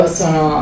sono